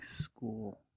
school